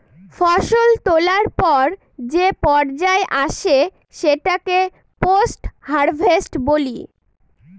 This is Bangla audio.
ফসল তোলার পর যে পর্যায় আসে সেটাকে পোস্ট হারভেস্ট বলি